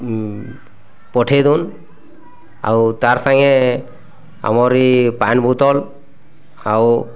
ଉଁ ପଠେଇ ଦେଉନ୍ ଆଉ ତାର୍ ସାଙ୍ଗେ ଆମରି ପାନି ବୋତଲ୍ ଆଉ